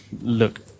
look